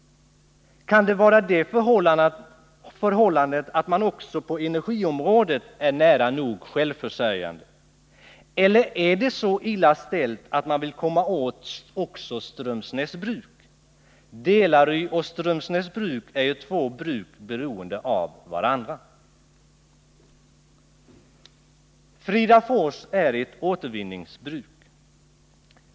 Kan det vara det förhållandet att man också på energiområdet är nära nog självförsörjande? Eller är det så illa ställt att man vill komma åt också Strömsnäsbruk? Delary och Strömsnäsbruk är ju två bruk som är beroende av varandra. Fridafors är ett återvinningsbruk.